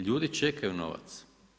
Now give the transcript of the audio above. Ljudi čekaju novac.